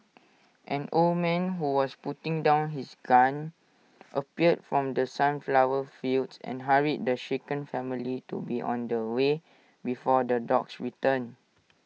an old man who was putting down his gun appeared from the sunflower fields and hurried the shaken family to be on their way before the dogs return